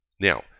Now